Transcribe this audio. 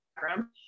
background